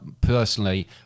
personally